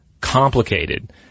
complicated